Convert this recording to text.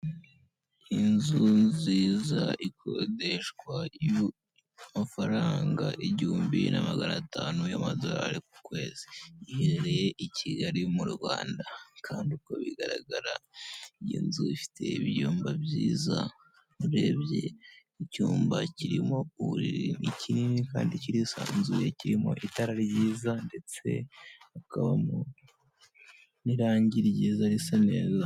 Inzu nziza ikodeshwa y'amafaranga igihumbi na magana atanu y'amadolari ku kwezi . Iherereye i Kigali mu Rwanda kandi uko bigaragara iyi nzu ifite ibyumba byiza urebye icyumba kirimo uburiri ni kinini kandi kirisanzuye kirimo itara ryiza ,ndetse hakabamo n'irangi ryiza risa neza.